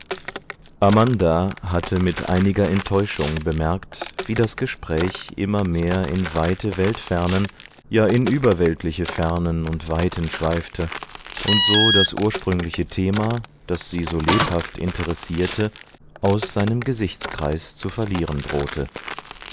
amanda hatte mit einiger enttäuschung bemerkt wie das gespräch immer mehr in weite weltfernen ja in überweltliche fernen und weiten schweifte und so das ursprüngliche thema das sie so lebhaft interessierte aus seinem gesichtskreis zu verlieren drohte